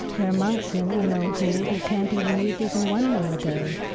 there are monks and you know who who can't even eat even one meal a day.